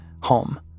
home